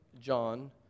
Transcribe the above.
John